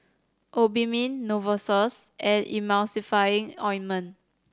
Obimin Novosource and Emulsying Ointment